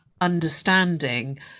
understanding